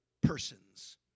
persons